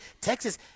Texas